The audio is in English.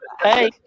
Hey